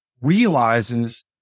realizes